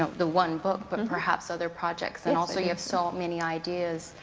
ah the one book, but perhaps other projects. and also you have so many ideas.